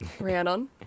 Rhiannon